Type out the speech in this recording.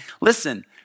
Listen